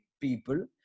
people